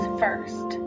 first